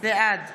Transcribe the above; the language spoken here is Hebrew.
בעד